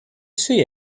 see